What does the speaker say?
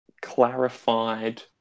clarified